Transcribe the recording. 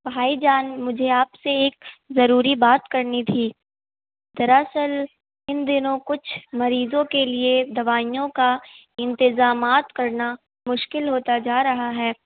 بھائی جان مجھے آپ سے ایک ضروری بات کرنی تھی دراصل ان دنوں کچھ مریضوں کے لیے دوائیوں کا انتظامات کرنا مشکل ہوتا جا رہا ہے